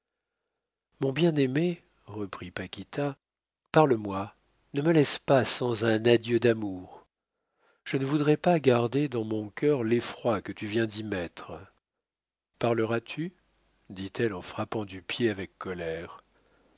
mon bien-aimé reprit paquita parle-moi ne me laisse pas sans un adieu d'amour je ne voudrais pas garder dans mon cœur l'effroi que tu viens d'y mettre parleras-tu dit-elle en frappant du pied avec colère